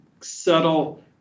subtle